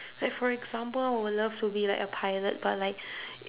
like for example I would love to be like a pilot but like